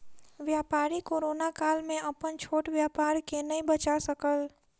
व्यापारी कोरोना काल में अपन छोट व्यापार के नै बचा सकल